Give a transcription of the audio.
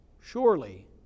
surely